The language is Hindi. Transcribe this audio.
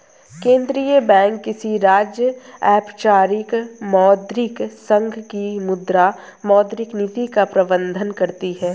केंद्रीय बैंक किसी राज्य, औपचारिक मौद्रिक संघ की मुद्रा, मौद्रिक नीति का प्रबन्धन करती है